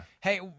hey